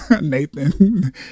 Nathan